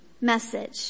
message